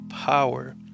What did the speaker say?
power